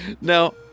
Now